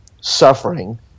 suffering